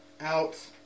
out